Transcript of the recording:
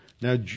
Now